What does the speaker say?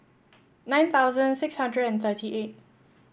nine thousand six hundred and thirty eight